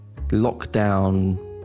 lockdown